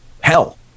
hell